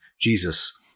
Jesus